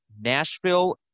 Nashville